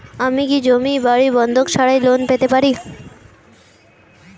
আমি কি জমি বাড়ি বন্ধক ছাড়াই লোন পেতে পারি?